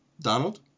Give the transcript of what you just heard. Donald